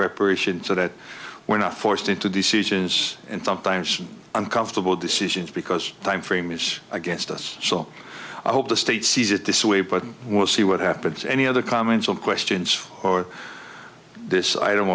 preparation so that we're not forced into decisions and sometimes uncomfortable decisions because the time frame is against us so i hope the state sees it this way but we'll see what happens any other comments or questions or this i